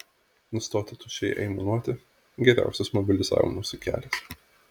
nustoti tuščiai aimanuoti geriausias mobilizavimosi kelias